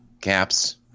caps